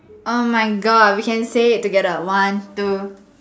oh my God we can say it together one two